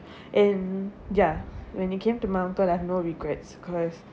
and ya when it came to my uncle I have no regrets cause